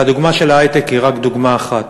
והדוגמה של ההיי-טק היא רק דוגמה אחת.